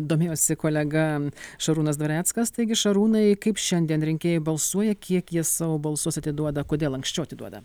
domėjosi kolega šarūnas dvareckas taigi šarūnai kaip šiandien rinkėjai balsuoja kiek jie savo balsus atiduoda kodėl anksčiau atiduoda